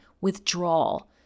withdrawal